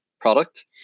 product